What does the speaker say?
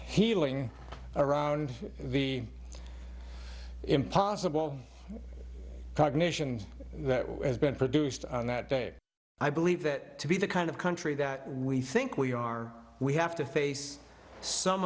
healing around the impossible cognition that has been produced on that day i believe that to be the kind of country that we think we are we have to face some